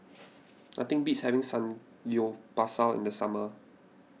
nothing beats having Samgyeopsal in the summer